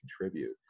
contribute